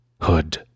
Hood